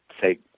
say